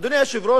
אדוני היושב-ראש,